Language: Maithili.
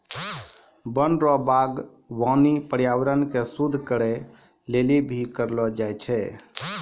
वन रो वागबानी पर्यावरण के शुद्ध करै लेली भी करलो जाय छै